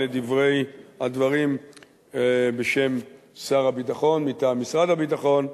אלה הדברים בשם שר הביטחון מטעם משרד הביטחון.